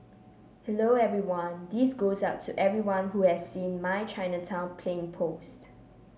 hello everyone This goes out to everyone who has seen my Chinatown plane post